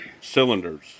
cylinders